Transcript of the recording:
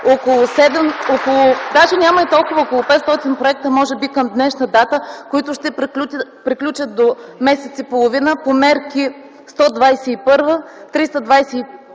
около 500 проекта към днешна дата, които ще приключат до месец и половина по мерки 321, 322,